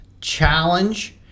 challenge